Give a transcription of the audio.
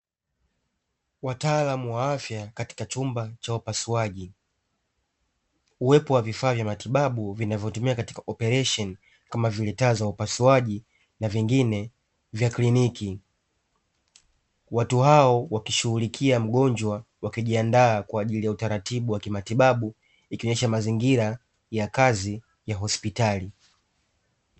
Wataalamu wa afya katika chumba cha upasuaji. Uwepo wa vifaa vya matibabu vinavyotumiwa katika operesheni kama vile taa za upasuaji na vingine vya kliniki. Watu hao wakimshughulikia mgonjwa wakijiandaa kwa ajili ya utaratibu wa kimatibabu, ikionyesha mazingira ya kazi ya hospitali.